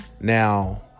Now